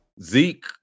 Zeke